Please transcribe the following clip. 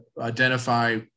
identify